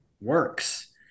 works